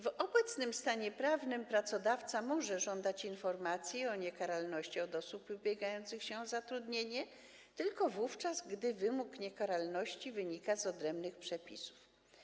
W obecnym stanie prawnym pracodawca może żądać informacji o niekaralności od osób ubiegających się o zatrudnienie tylko wówczas, gdy wymóg niekaralności wynika z odrębnych przepisów.